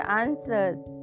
answers